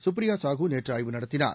சுப்ரியா சாஹூ நேற்று ஆய்வு நடத்தினார்